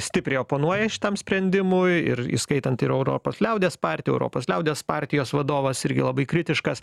stipriai oponuoja šitam sprendimui ir įskaitant ir europos liaudies partiją europos liaudies partijos vadovas irgi labai kritiškas